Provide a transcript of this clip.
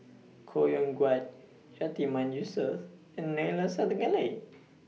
Koh Yong Guan Yatiman Yusof and Neila Sathyalingam